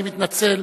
אני מתנצל,